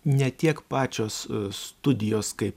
ne tiek pačios studijos kaip